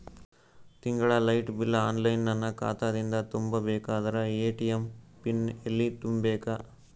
ತಿಂಗಳ light bill online ನನ್ನ ಖಾತಾ ದಿಂದ ತುಂಬಾ ಬೇಕಾದರ ಎ.ಟಿ.ಎಂ ಪಿನ್ ಎಲ್ಲಿ ತುಂಬೇಕ?